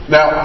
Now